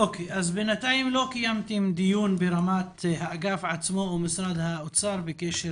בינתיים לא קיימתם דיון ברמת האגף עצמו במשרד האוצר בקשר